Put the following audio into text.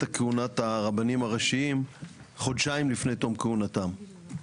כהונת הרבנים הראשיים חודשיים לפני תום כהונתם.